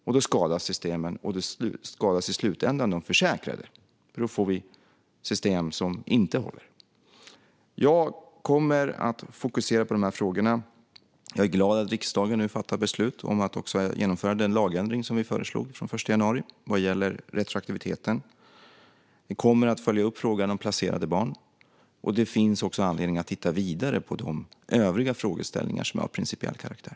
Det skadar systemen och skadar i slutändan de försäkrade. Då få vi system som inte håller. Jag kommer att fokusera på de här frågorna. Jag är glad att riksdagen nu fattat beslut om att från den 1 januari genomföra den lagändring som vi föreslagit vad gäller retroaktiviteten. Vi kommer att följa upp frågan om placerade barn. Det finns också anledning att titta vidare på de övriga frågeställningar som är av principiell karaktär.